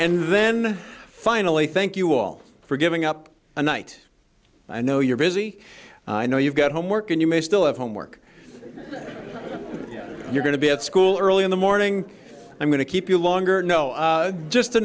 and then finally thank you all for giving up a night i know you're busy i know you've got homework and you may still have homework you're going to be at school early in the morning i'm going to keep you longer know just to